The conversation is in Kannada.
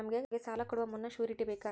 ನಮಗೆ ಸಾಲ ಕೊಡುವ ಮುನ್ನ ಶ್ಯೂರುಟಿ ಬೇಕಾ?